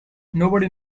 nobody